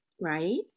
Right